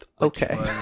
okay